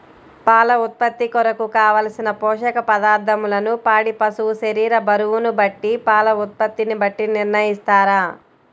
పాల ఉత్పత్తి కొరకు, కావలసిన పోషక పదార్ధములను పాడి పశువు శరీర బరువును బట్టి పాల ఉత్పత్తిని బట్టి నిర్ణయిస్తారా?